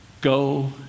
go